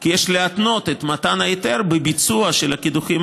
כי יש להתנות את מתן ההיתר בביצוע של הקידוחים